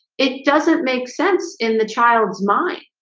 it doesn't make sense in the child's mind